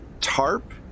tarp